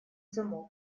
замок